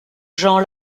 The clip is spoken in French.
jean